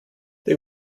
they